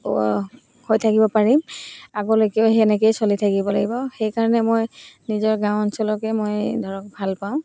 হৈ থাকিব পাৰিম আগলৈকেও সেনেকৈয়ে চলি থাকিব লাগিব সেইকাৰণে মই নিজৰ গাঁও অঞ্চলকে মই ধৰক ভালপাওঁ